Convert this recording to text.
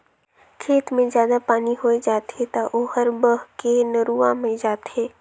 खेत मे जादा पानी होय जाथे त ओहर बहके नरूवा मे जाथे